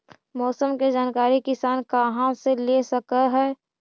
मौसम के जानकारी किसान कहा से ले सकै है?